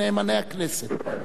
הרי בסופו של דבר,